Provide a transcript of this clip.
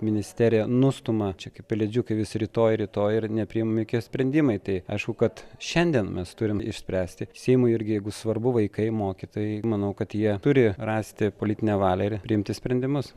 ministerija nustumia čia kaip pelėdžiukai vis rytoj rytoj ir nepriimami jokie sprendimai tai aišku kad šiandien mes turim išspręsti seimui irgi jeigu svarbu vaikai mokytojai manau kad jie turi rasti politinę valią ir priimti sprendimus